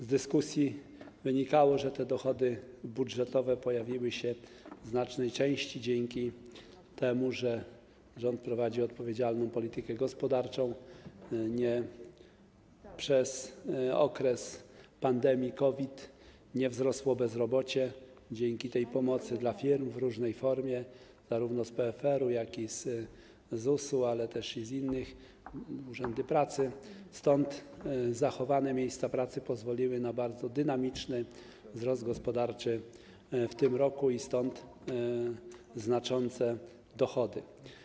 Z dyskusji wynikało, że te dochody budżetowe pojawiły się w znacznej części dzięki temu, że rząd prowadzi odpowiedzialną politykę gospodarczą, w okresie pandemii COVID nie wzrosło bezrobocie dzięki pomocy dla firm w różnej formie, zarówno z PFR-u, jak i z ZUS-u, ale też i z innych instytucji, urzędów pracy, stąd zachowane miejsca pracy pozwoliły na bardzo dynamiczny wzrost gospodarczy w tym roku i stąd znaczące dochody.